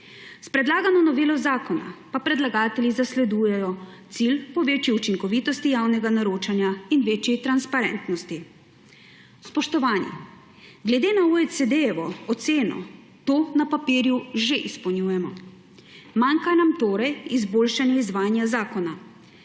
S predlagano novelo zakona pa predlagatelji zasledujejo cilj po večji učinkovitosti javnega naročanja in večji transparentnosti. Spoštovani, glede na oceno OECD to na papirju že izpolnjujemo, manjka nam torej izboljšanje izvajanja zakona,